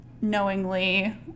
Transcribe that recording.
knowingly